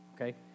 Okay